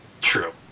True